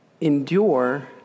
Endure